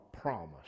promise